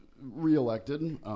re-elected